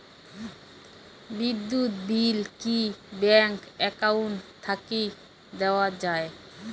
বিদ্যুৎ বিল কি bank account থাকি দেওয়া য়ায়?